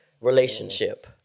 relationship